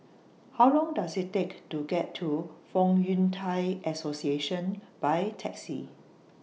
How Long Does IT Take to get to Fong Yun Thai Association By Taxi